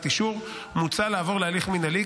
מוצע לעבור להליך מינהלי,